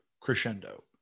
crescendo